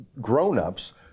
grown-ups